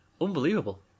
unbelievable